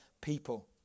people